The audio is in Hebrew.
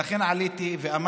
ולכן עליתי ואמרתי.